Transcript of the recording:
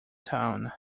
town